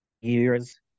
years